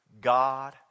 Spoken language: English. God